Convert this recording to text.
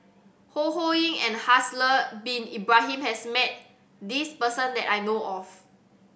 Ho Ho Ying and Haslir Bin Ibrahim has met this person that I know of